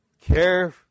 care